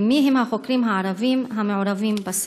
3. מיהם החוקרים הערבים המעורבים בסקר?